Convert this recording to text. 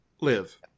live